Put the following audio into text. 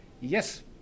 Yes